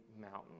mountain